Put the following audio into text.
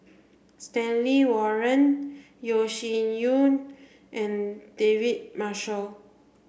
Stanley Warren Yeo Shih Yun and David Marshall